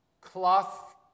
cloth